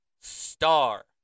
star